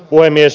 puhemies